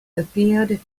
appeared